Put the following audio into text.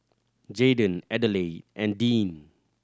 Jaden Adelaide and Deane